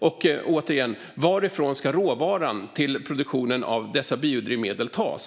Och, återigen, varifrån ska råvaran till produktionen av dessa biodrivmedel tas?